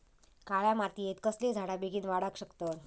काळ्या मातयेत कसले झाडा बेगीन वाडाक शकतत?